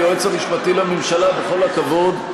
היועץ המשפטי לממשלה, בכל הכבוד,